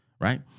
right